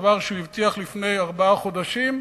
דבר שהוא הבטיח לפני ארבעה חודשים?